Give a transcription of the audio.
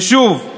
ושוב,